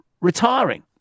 retiring